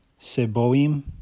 Seboim